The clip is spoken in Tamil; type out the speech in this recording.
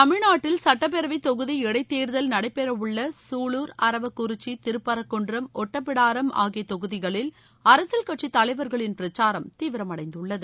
தமிழகத்தில் சுட்டப்பேரவை இடைத் தேர்தல் நடைபெற உள்ள சூலூர் அரவக்குறிச்சி திருப்பரங்குன்றம் ஒட்டப்பிடாரம் ஆகிய தொகுதிகளில் அரசியல் கட்சித் தலைவர்களின் பிரச்சாரம் தீவிரமடைந்துள்ளது